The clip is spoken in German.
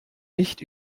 nicht